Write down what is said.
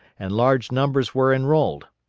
and large numbers were enrolled.